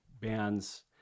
bands